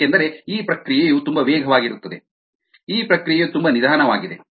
ಏಕೆಂದರೆ ಈ ಪ್ರಕ್ರಿಯೆಯು ತುಂಬಾ ವೇಗವಾಗಿರುತ್ತದೆ ಈ ಪ್ರಕ್ರಿಯೆಯು ತುಂಬಾ ನಿಧಾನವಾಗಿದೆ